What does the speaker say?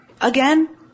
again